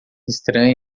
estranha